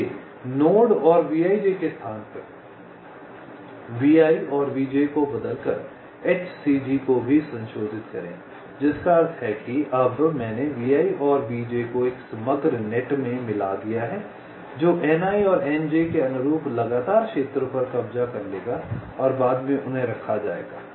इसलिए नोड और Vij के स्थान पर Vi और Vj को बदलकर HCG को भी संशोधित करें जिसका अर्थ है कि अब मैंने Vi और Vj को एक समग्र नेट में मिला दिया है जो Ni और Nj के अनुरूप लगातार क्षेत्रों पर कब्जा कर लेगा और बाद में उन्हें रखा जाएगा